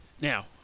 Now